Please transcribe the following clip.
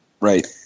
right